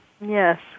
Yes